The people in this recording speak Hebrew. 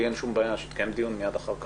אין לי שום בעיה שיתקיים דיון מיד אחר כך.